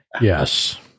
Yes